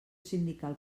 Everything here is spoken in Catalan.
sindical